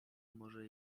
może